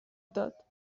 داد